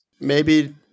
maybe-